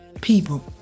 People